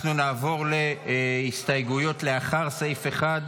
אנחנו נעבור להסתייגויות לאחר סעיף 1,